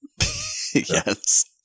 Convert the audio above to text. yes